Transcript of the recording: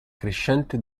crescente